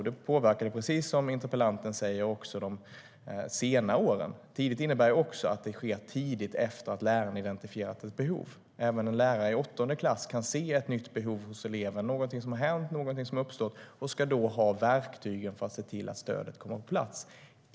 De påverkar, precis som interpellanten säger, också de sena åren. Tidigt innebär också att stödet kommer tidigt efter det att läraren har identifierat ett behov. För en lärare som i åttonde klass kan se ett nytt behov hos eleven, något som har hänt eller uppstått, ska verktygen finnas så att stödet kommer på plats.